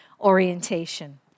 orientation